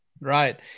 Right